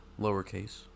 lowercase